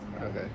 Okay